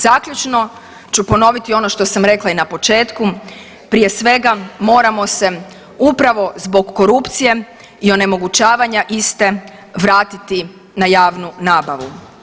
Zaključno ću ponoviti ono što sam rekla i na početku, prije svega moramo se upravo zbog korupcije i onemogućavanja iste vratiti na javnu nabavu.